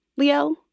Liel